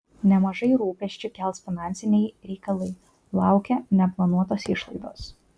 nemažai rūpesčių kels finansiniai reikalai laukia neplanuotos išlaidos